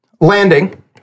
landing